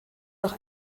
noch